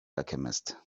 alchemist